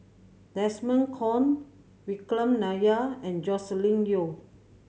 Desmond Kon Vikram Nair and Joscelin Yeo